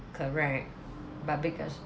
correct but because